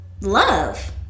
love